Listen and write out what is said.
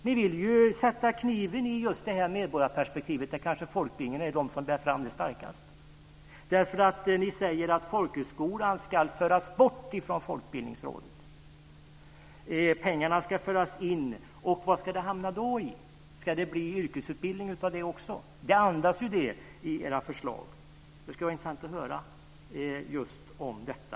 Ni vill sätta kniven i just detta medborgarperspektiv, som kanske bärs fram starkast av folkbildningen. Ni säger att folkhögskolan ska föras bort från folkbildningsrådet. Pengarna ska föras in. Var ska den då hamna? Ska det bli yrkesutbildning av det också? Era förslag andas ju det. Det skulle vara intressant att höra just om detta.